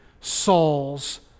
Saul's